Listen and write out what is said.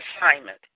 Assignment